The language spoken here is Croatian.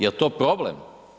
Jel to problem?